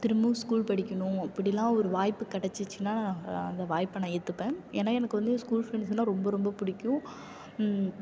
திரும்பவும் ஸ்கூல் படிக்கணும் அப்படிலாம் ஒரு வாய்ப்பு கிடைச்சிச்சினா நான் அந்த வாய்ப்பை நான் ஏற்றுப்பேன் ஏன்னா எனக்கு வந்து அந்த ஸ்கூல் ஃப்ரெண்ட்ஸலாம் ரொம்ப ரொம்ப பிடிக்கும்